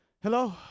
Hello